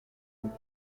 texas